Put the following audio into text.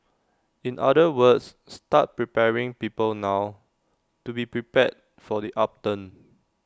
in other words start preparing people now to be prepared for the upturn